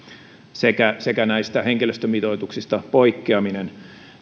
ja näistä henkilöstömitoituksista poikkeaminen